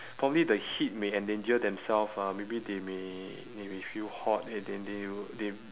probably the heat may endanger themself ah maybe they may they may feel hot and then they w~ they